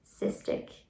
cystic